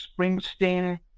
Springsteen